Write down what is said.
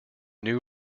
new